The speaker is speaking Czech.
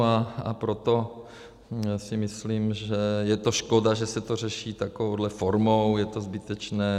A proto si myslím, že je to škoda, že se to řeší takovou formou, je to zbytečné.